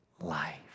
life